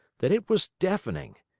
that it was deafening.